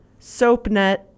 SoapNet